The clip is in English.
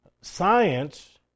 Science